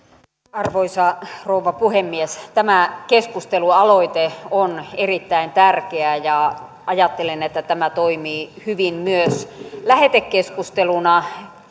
arvoisa rouva puhemies tämä keskustelualoite on erittäin tärkeä ja ajattelen että tämä toimii hyvin myös lähetekeskusteluna